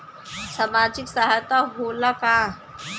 सामाजिक सहायता होला का?